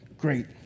Great